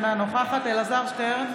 אינה נוכחת אלעזר שטרן,